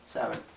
Seven